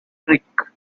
trick